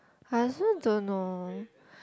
I also don't know